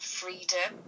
freedom